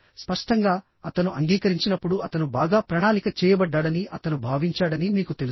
స్పష్టంగా అతను అంగీకరించినప్పుడు అతను బాగా ప్రణాళిక చేయబడ్డాడని అతను భావించాడని మీకు తెలుసు